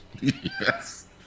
Yes